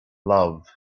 love